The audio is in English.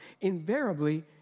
Invariably